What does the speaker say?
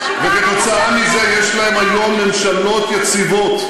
וכתוצאה מזה יש להם היום ממשלות יציבות.